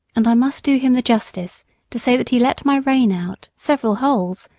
and i must do him the justice to say that he let my rein out several holes,